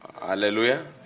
Hallelujah